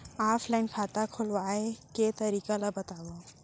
Offline खाता खोलवाय के तरीका ल बतावव?